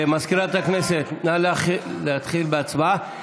מזכירת הכנסת, נא להתחיל בהצבעה.